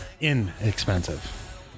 Inexpensive